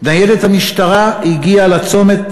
ניידת המשטרה הגיעה לצומת,